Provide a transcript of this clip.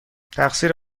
تقصیر